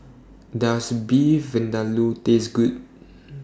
Does Beef Vindaloo Taste Good